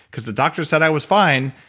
cause the doctor said i was fine,